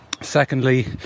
secondly